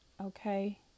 Okay